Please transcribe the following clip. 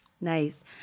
Nice